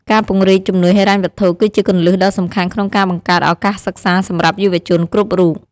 ការពង្រីកជំនួយហិរញ្ញវត្ថុ គឺជាគន្លឹះដ៏សំខាន់ក្នុងការបង្កើតឱកាសសិក្សាសម្រាប់យុវជនគ្រប់រូប។